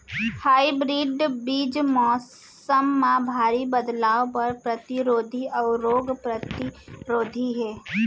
hybrid बीज मौसम मा भारी बदलाव बर परतिरोधी अऊ रोग परतिरोधी हे